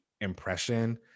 impression